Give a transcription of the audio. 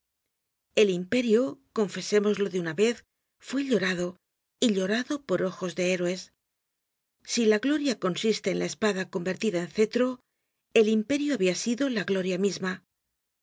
el imperio confesémoslo de una vez fue llorado y llorado por ojos de héroes si la gloria consiste en la espada convertida en cetro el imperio habia sido la gloria misma